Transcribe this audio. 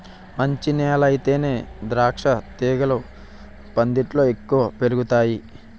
మంచి నేలయితేనే ద్రాక్షతీగలు పందిట్లో ఎక్కువ పెరుగతాయ్